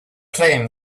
claim